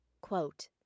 Quote